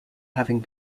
having